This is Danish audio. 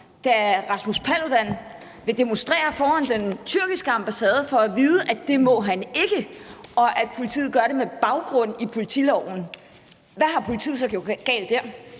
at Rasmus Paludan, da han ville demonstrere foran den tyrkiske ambassade, får at vide, af det må han ikke, og at politiet gør det med baggrund i politiloven. Hvad har politiet så gjort galt der?